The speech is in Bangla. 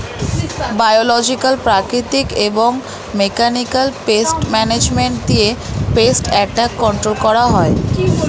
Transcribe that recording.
বায়োলজিকাল, প্রাকৃতিক এবং মেকানিকাল পেস্ট ম্যানেজমেন্ট দিয়ে পেস্ট অ্যাটাক কন্ট্রোল করা হয়